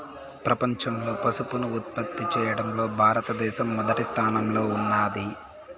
ప్రపంచంలో పసుపును ఉత్పత్తి చేయడంలో భారత దేశం మొదటి స్థానంలో ఉన్నాది